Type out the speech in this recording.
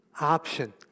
option